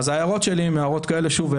ההערות שלי שוב,